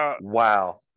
wow